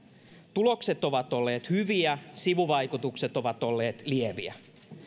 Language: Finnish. tulokset ovat olleet hyviä sivuvaikutukset ovat olleet lieviä